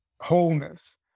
wholeness